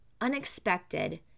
unexpected